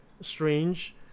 strange